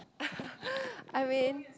I mean